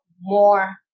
more